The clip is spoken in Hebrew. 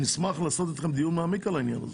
נשמח לעשות איתכם דיון מעמיק על העניין הזה.